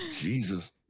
Jesus